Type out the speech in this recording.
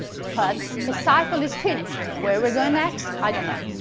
but a cycle is finished. where are we going next? i don't know.